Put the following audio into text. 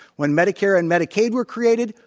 when medicare and medicare were created,